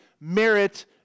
merit